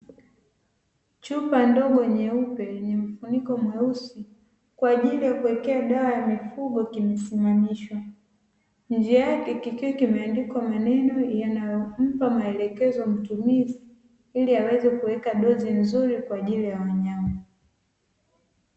Chupa ndogo nyeupe yenye mfuniko mweusi, kwa ajili ya kuwekea dawa ya mifugo kimesimamishwa, nje yake kikiwa kimeandikwa maneno yanayompa maelekezo mtumizi, ili aweze kuweka dozi nzuri kwa ajili ya wanyama.